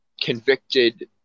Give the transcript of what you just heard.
convicted